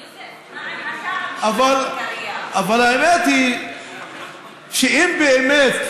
יוסף, מה עם, אבל האמת היא שאם באמת